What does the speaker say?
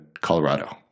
Colorado